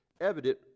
evident